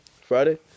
Friday